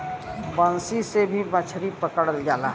बंसी से भी मछरी पकड़ल जाला